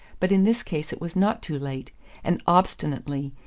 but in this case it was not too late and obstinately,